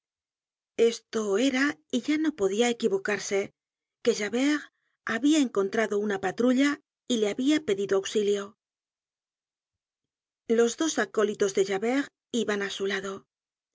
esto era y ya no podia equivocarse que javert habia encontrado una patrulla y le habia pedido auxilio los dos acólitos de javert iban á su lado